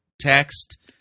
text